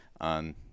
on